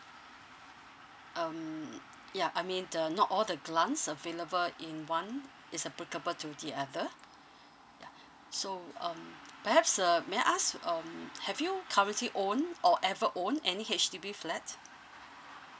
um ya I mean the not all the grants available in one is applicable to the other yeah so um perhaps uh may I ask um have you currently owned or ever owned any H_D_B flat